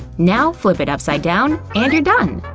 now, flip it upside down and you're done!